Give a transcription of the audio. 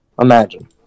Imagine